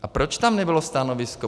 A proč tam nebylo stanovisko?